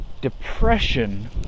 depression